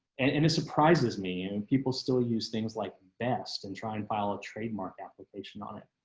and it surprises me. and people still use things like best and try and file a trademark application on it.